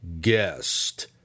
Guest